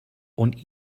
und